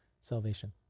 salvation